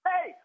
Hey